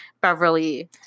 Beverly